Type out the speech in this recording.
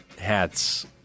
hats